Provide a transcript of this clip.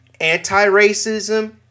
anti-racism